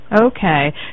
Okay